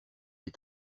des